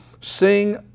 sing